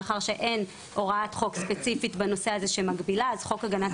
מאחר שאין הוראת חוק ספציפית בנושא הזה שמגבילה אז חוק הגנת